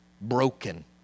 broken